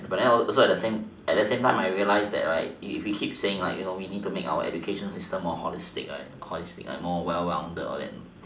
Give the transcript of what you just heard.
but then also at the same time I realised that right if we keep saying like we need to make our exams more holistic holistic like more well rounded right